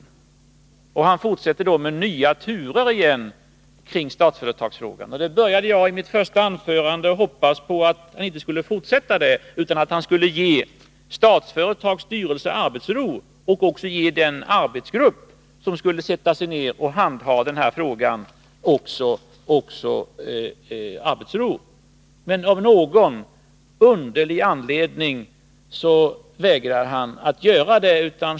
Han kommer med nya turer kring Statsföretagsfrågan. När jag höll mitt första anförande hoppades jag att han inte skulle fortsätta med detta, utan att han skulle ge Statsföretags styrelse — och även den arbetsgrupp som skulle handha den här frågan — arbetsro. Av någon underlig anledning vägrar han att göra det.